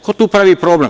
Ko tu pravi problem?